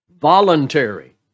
Voluntary